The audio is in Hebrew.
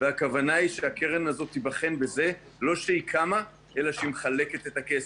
הכוונה היא שהקרן הזאת תיבחן לא בכך שהיא קמה אלא שהיא מחלקת את הכסף.